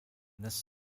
this